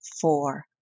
four